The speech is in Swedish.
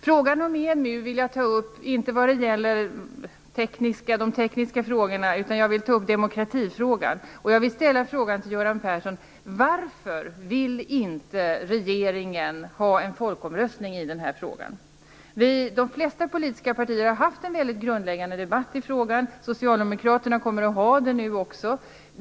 När det gäller EMU vill jag inte ta upp de tekniska frågorna utan jag vill ta upp demokratifrågan. Jag vill ställa en fråga till Göran Persson: Varför vill inte regeringen ha en folkomröstning i den här frågan? De flesta politiska partier har haft en mycket grundläggande debatt i frågan. Socialdemokraterna kommer att ha det nu också.